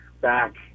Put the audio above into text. back